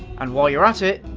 and while you're at it,